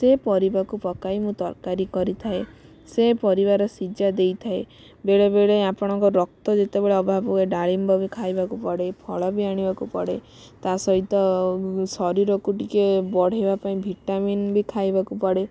ସେ ପରିବାକୁ ପକାଇ ମୁଁ ତରକାରୀ କରିଥାଏ ସେ ପରିବାର ସିଝା ଦେଇଥାଏ ବେଳେବେଳେ ଆପଣଙ୍କ ରକ୍ତ ଯେତେବେଳେ ଅଭାବ ହୁଏ ଡାଳିମ୍ବ ବି ଖାଇବାକୁ ପଡ଼େ ଫଳ ବି ଆଣିବାକୁ ପଡ଼େ ତା ସହିତ ଶରୀରକୁ ଟିକେ ବଢ଼ିବା ପାଇଁ ଭିଟାମିନ ବି ଖାଇବାକୁ ପଡ଼େ